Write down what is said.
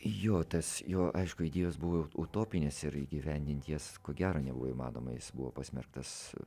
jo tas jo aišku idėjos buvo utopinės ir įgyvendinti jas ko gero nebuvo įmanoma jis buvo pasmerktas